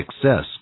success